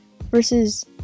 versus